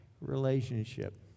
relationship